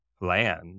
land